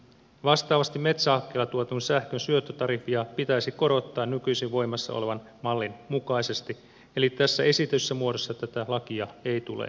vastaavasti metsähakkeella tuetun sähkön syöttötariffia pitäisi korottaa nykyisin voimassa olevan mallin mukaisesti eli tässä esitetyssä muodossa tätä lakia ei tule hyväksyä